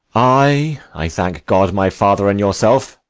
ay, i thank god, my father, and yourself.